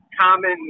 common